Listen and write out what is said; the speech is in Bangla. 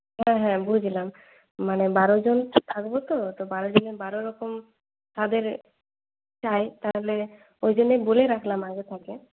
হ্যাঁ হ্যাঁ বুঝলাম মানে বারোজন থাকবো তো তো বারোজনের বারো রকম স্বাদের চাই তাহলে ওই জন্যই বলে রাখলাম আগে থেকে